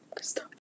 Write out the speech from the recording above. Stop